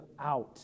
out